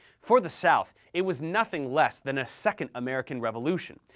for the south, it was nothing less than a second american revolution,